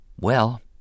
Well